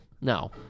No